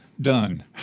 done